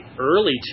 early